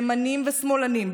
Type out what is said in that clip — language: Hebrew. ימנים ושמאלנים,